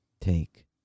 take